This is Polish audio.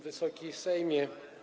Wysoki Sejmie!